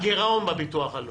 הגירעון בביטוח הלאומי,